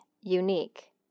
unique